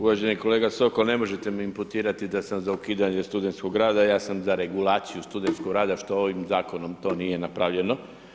Uvaženi kolega Sokol, ne možete mi imputirati da sam za ukidanje studentskog rada, ja sam za regulaciju studentskog rada što ovim zakonom to nije napravljeno.